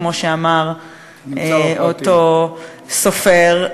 כמו שאמר אותו סופר,